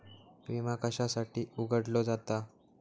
विमा कशासाठी उघडलो जाता?